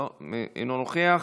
לא, אינו נוכח,